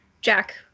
Jack